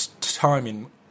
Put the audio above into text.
timing